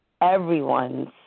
everyone's